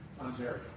Ontario